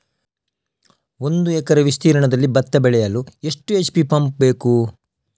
ಒಂದುಎಕರೆ ವಿಸ್ತೀರ್ಣದಲ್ಲಿ ಭತ್ತ ಬೆಳೆಯಲು ಎಷ್ಟು ಎಚ್.ಪಿ ಪಂಪ್ ಬೇಕು?